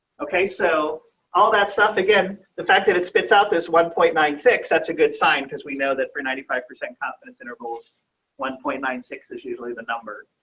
okay, so all that stuff. again, the fact that it spits out this one point nine six that's a good sign. because we know that for ninety five percent confidence intervals one point nine six is usually the number